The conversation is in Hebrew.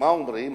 מה אומרים?